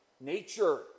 nature